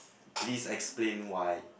please explain why